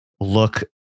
look